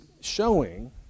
showing